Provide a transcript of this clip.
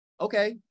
okay